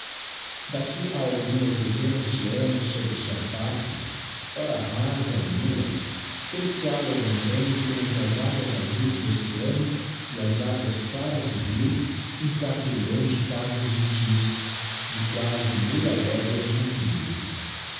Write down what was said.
d'aqui a algumas dezenas de annos sobre sua face ora rasa e nua ter se á levantado entre as aguas azues do oceano e as aguas claras do rio um quarteirão de casas gentis de quasi meia légua de comprido